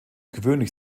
gewöhnlich